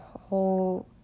whole